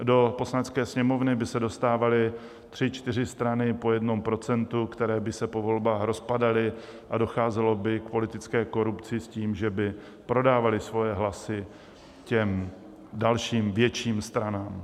Do Poslanecké sněmovny by se dostávaly tři čtyři strany po jednom procentu, které by se po volbách rozpadaly a docházelo by k politické korupci s tím, že by prodávaly svoje hlasy dalším větším stranám.